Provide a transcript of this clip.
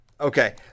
Okay